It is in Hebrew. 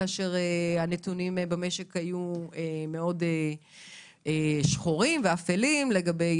כאשר הנתונים במשק היו מאוד שחורים ואפלים גם לגבי